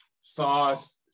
sauce